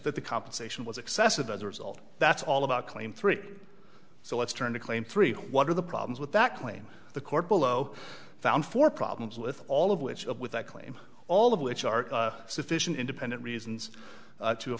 that the compensation was excessive as a result that's all about claim three so let's turn to claim three what are the problems with that claim the court below found for problems with all of which of with that claim all of which are sufficient independent reasons to a